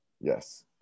Yes